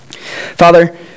Father